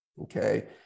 okay